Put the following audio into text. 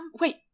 Wait